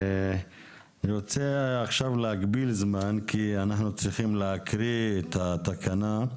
אני רוצה להגביל את הדוברים בזמן כי אנחנו עוד צריכים להקריא את התקנות.